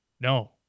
No